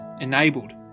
Enabled